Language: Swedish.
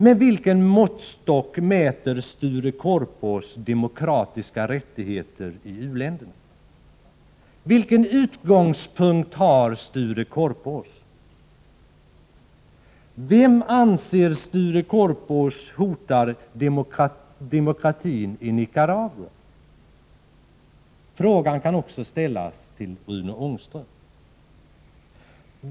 Med vilken måttstock mäter Sture Korpås demokratiska rättigheter i u-länderna? Vilken utgångspunkt har Sture Korpås? Vem anser Sture Korpås hotar demokratin i Nicaragua? Frågorna kan ställas också till Rune Ångström.